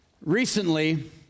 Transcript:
recently